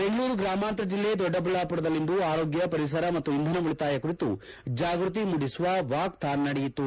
ಬೆಂಗಳೂರು ಗ್ರಾಮಾಂತರ ಜಿಲ್ಲೆ ದೊಡ್ಡಬಳ್ಳಾಪುರದಲ್ಲಿಂದು ಆರೋಗ್ಲ ಪರಿಸರ ಮತ್ತು ಇಂಧನ ಉಳಿತಾಯ ಕುರಿತು ಜಾಗೃತಿ ಮೂಡಿಸುವ ವಾಕಥಾನ್ ನಡೆಯಿತು